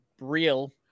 real